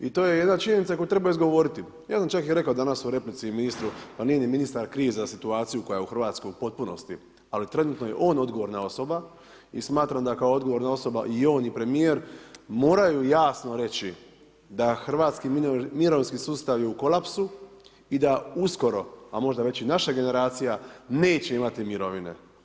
I to je jedna činjenica koju treba izgovoriti, ja sam čak i reko danas u replici ministru, pa nije ni ministar kriv za situaciju koja je u Hrvatskoj u potpunosti, ali trenutno je on odgovorna osoba i smatram da ko odgovorna osoba i on i premijer moraju jasno reći da hrvatski mirovinski sustav je u kolapsu i da uskoro, a možda već i naša generacija neće imati mirovine.